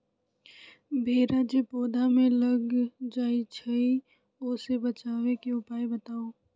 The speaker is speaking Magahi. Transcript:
भेरा जे पौधा में लग जाइछई ओ से बचाबे के उपाय बताऊँ?